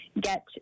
get